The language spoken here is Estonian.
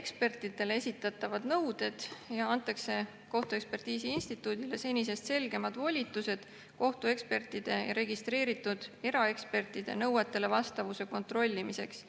ekspertidele esitatavad nõuded ja antakse kohtuekspertiisi instituudile senisest selgemad volitused kohtuekspertide ja registreeritud eraekspertide nõuetele vastavuse kontrollimiseks.